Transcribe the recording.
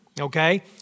Okay